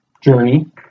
journey